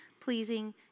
pleasing